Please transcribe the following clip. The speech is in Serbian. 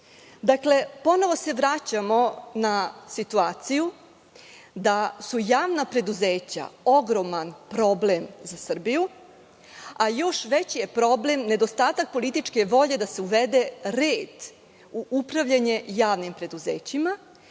knjige. Ponovo se vraćamo na situaciju da su javna preduzeća ogroman problem za Srbiju, a još veći je problem nedostatak političke volje da se uvede red u upravljanje javnim preduzećima